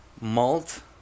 malt